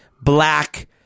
black